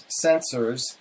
sensors